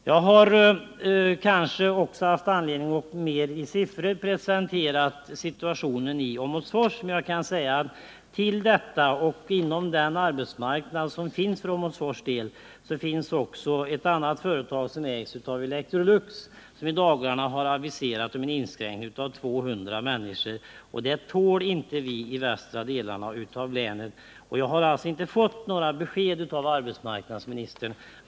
Jag har också haft anledning att med siffror belysa situationen i Åmotfors. Jag vill nu bara säga att till detta kommer att inom arbetsmarknaden i Åmotfors finns också ett annat företag ägt av Electrolux, som i dagarna har aviserat en inskränkning med 200 arbetstillfällen, och det tål de västra delarna av länet inte. Jag har alltså inte fått några besked av arbetsmarknadsministern.